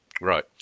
Right